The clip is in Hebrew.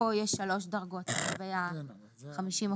כאן יש שלוש דרגות.